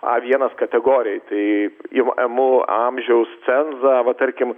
a vienas kategorijai tai jau imu amžiaus cenzą va tarkim